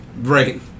Right